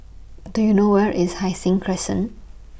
Do YOU know Where IS Hai Sing Crescent